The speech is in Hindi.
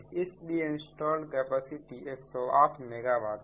इसलिए इंस्टॉल्ड कैपेसिटी 108 मेगा वाट है